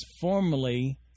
formally